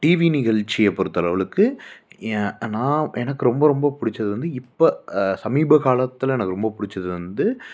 TV நிகழ்ச்சியை பொறுத்த அளவுக்கு என் நா எனக்கு ரொம்ப ரொம்ப பிடிச்சது வந்து இப்போ சமீப காலத்தில் எனக்கு ரொம்ப பிடிச்சது வந்து